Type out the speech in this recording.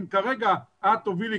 אם כרגע את תובילי,